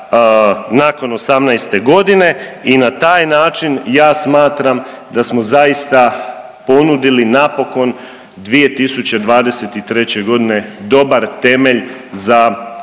nakon 18. godine i na taj način ja smatram da smo zaista ponudili napokon 2023.g. dobar temelj za definitivno